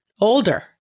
older